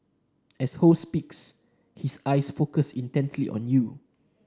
as Ho speaks his eyes focus intently on you